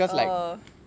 oh